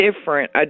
different